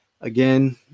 Again